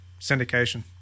Syndication